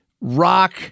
rock